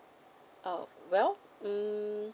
ah well mm